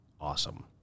awesome